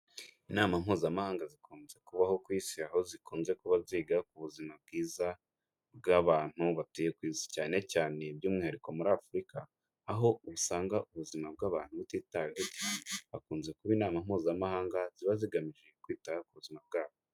Inama mpuzamahanga zikunze kubaho ku isi, aho zikunze kuba ziga ku buzima bwiza bw'abantu batuye ku isi cyane cyane by'umwihariko muri Afurica, aho usanga ubuzima bw'abantu butitaweho, hakunze kuba inama mpuzamahanga ziba zigamije kwita ku buzima bwabo.